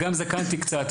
וגם זקנתי קצת,